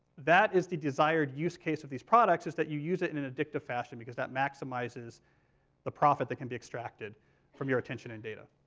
that is the desired use case of these products is that you use it in an addictive fashion because that maximizes the profit that can be extracted from your attention and data.